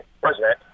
president